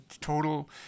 total